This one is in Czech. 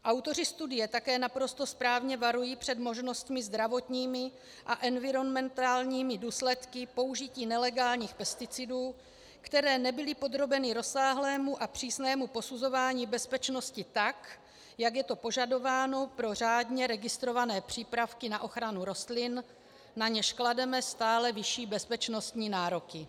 Autoři studie také naprosto správně varují před možnostmi zdravotními a environmentálními důsledky použití nelegálních pesticidů, které nebyly podrobeny rozsáhlému a přísnému posuzování bezpečnosti, tak jak je to požadováno pro řádně registrované přípravky na ochranu rostlin, na něž klademe stále vyšší bezpečnostní nároky.